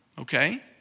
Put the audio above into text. Okay